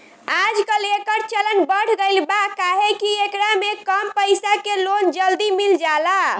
आजकल, एकर चलन बढ़ गईल बा काहे कि एकरा में कम पईसा के लोन जल्दी मिल जाला